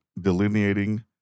delineating